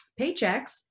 paychecks